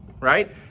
Right